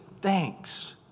thanks